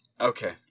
Okay